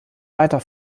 weiter